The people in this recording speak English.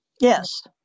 yes